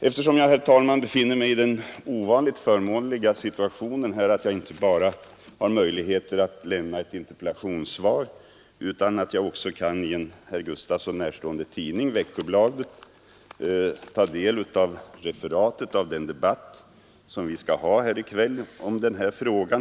Jag befinner mig, herr talman, i den ovanligt förmånliga situationen att jag inte bara har möjlighet att lämna ett interpellationssvar utan jag kan också i en herr Gustavsson i Alvesta närstående tidning, Växjöbladet, ta del av referatet av den debatt som vi skall föra här i kväll i denna fråga.